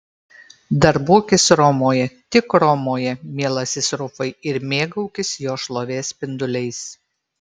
darbuokis romoje tik romoje mielasis rufai ir mėgaukis jos šlovės spinduliais